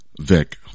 Vic